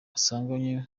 asanganywe